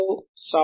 dlr rr r3r rr r3